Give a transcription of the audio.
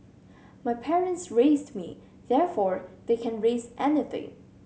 my parents raised me therefore they can raise anything